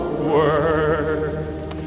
word